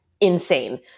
insane